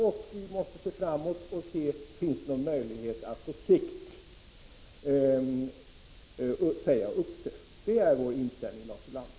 Nu måste vi se framåt och undersöka om det finns möjligheter att på sikt säga upp avtalet. Det är vår inställning, Lars Ulander.